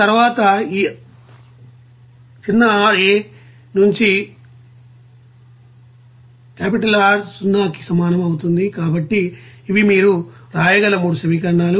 ఆ తర్వాత ఈ rAనుంచి R 0 కి సమానం అవుతుంది కాబట్టి ఇవి మీరు రాయగల 3 సమీకరణాలు